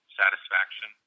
satisfaction